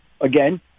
again